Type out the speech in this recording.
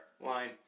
line